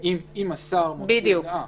אם השר מוציא הודעה,